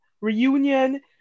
reunion